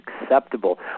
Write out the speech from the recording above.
acceptable